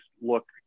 look